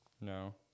No